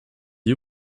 you